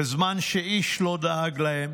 בזמן שאיש לא דאג להם,